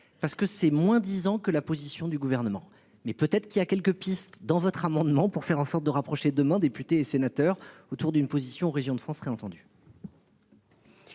parce que c'est moins 10 ans que la position du gouvernement mais peut-être qu'il y a quelques pistes dans votre amendement pour faire en sorte de rapprocher demain. Députés et sénateurs autour d'une position régions de France serait entendu.